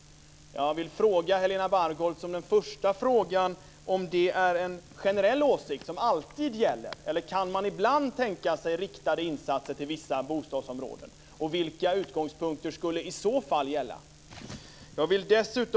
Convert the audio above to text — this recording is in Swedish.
Jag har därför några frågor till Helena Bargholtz. Är detta en generell åsikt som alltid gäller? Eller kan man ibland tänka sig riktade insatser till vissa bostadsområden? Vilka utgångspunkter skulle i så fall gälla?